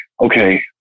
okay